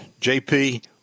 JP